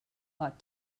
bought